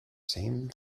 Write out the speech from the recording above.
same